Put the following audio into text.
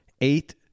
eight